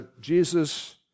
Jesus